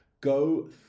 Go